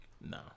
No